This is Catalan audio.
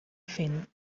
fent